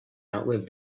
outlive